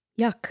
Yuck